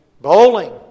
Bowling